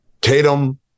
Tatum